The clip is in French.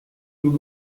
nous